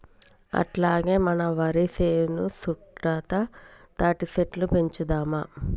అట్లాగే మన వరి సేను సుట్టుతా తాటిసెట్లు పెంచుదాము